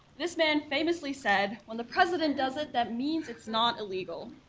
this man famously said when the president does it, that means it's not illegal.